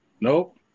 Nope